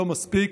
לא מספיק,